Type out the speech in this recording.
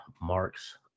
Marks